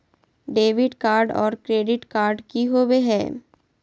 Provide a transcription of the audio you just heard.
Debit card और credit card की होवे हय?